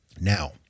Now